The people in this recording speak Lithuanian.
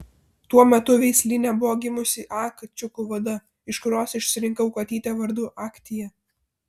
tuo metu veislyne buvo gimusi a kačiukų vada iš kurios išsirinkau katytę vardu aktia